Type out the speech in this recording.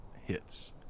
hits